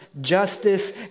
justice